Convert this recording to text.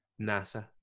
NASA